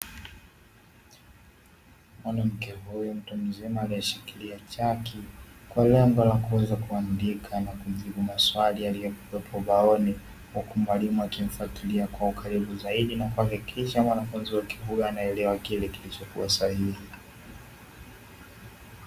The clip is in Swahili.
mwanamke huyo mtu mzima aliyeshikilia chake kwa lengo la kuweza kuandika na kujibu maswali yaliyokuwepo baoni kwa mwalimu akimfuatilia kwa ukaribu zaidi na kwa hakikisha mwanafunzi wa kikuyu anaelewa kile kilichokuwa sahihi